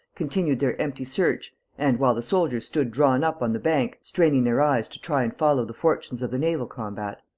continued their empty search and while the soldiers stood drawn up on the bank, straining their eyes to try and follow the fortunes of the naval combat,